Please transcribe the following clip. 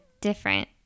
different